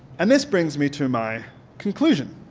and this brings me to my conclusion